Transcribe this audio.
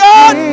God